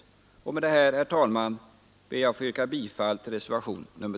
Med dessa ord, herr talman, ber jag att få yrka bifall till reservationen +